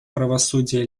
правосудия